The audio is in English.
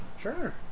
Sure